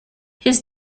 his